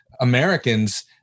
Americans